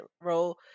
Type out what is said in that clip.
role